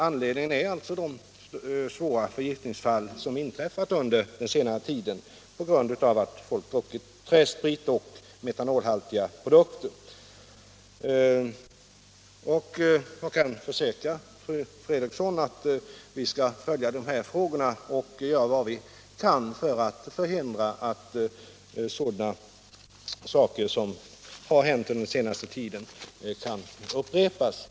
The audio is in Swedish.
Anledningen är alltså de svåra förgiftningsfall som inträffat under senare tid på grund av att folk druckit träsprit och andra metanolhaltiga produkter. Jag vill försäkra fru Fredrikson att vi skall följa dessa frågor och göra vad vi kan för att förhindra att den senaste tidens händelser på detta område upprepas.